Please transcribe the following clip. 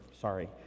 sorry